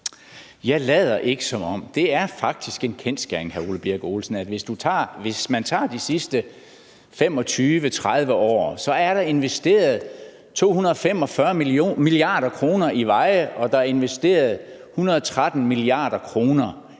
Jeg lader ikke som om. Det er faktisk en kendsgerning, hr. Ole Birk Olesen, at hvis man tager de sidste 25-30 år, er der investeret 245 mia. kr. i veje, og der er investeret 113 mia. kr.